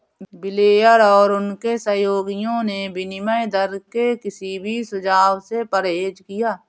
Blair और उनके सहयोगियों ने विनिमय दर के किसी भी सुझाव से परहेज किया